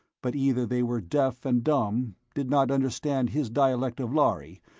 but either they were deaf and dumb, did not understand his dialect of lhari,